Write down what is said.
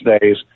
days